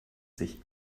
sich